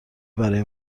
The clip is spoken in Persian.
برای